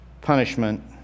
punishment